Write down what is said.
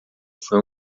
foi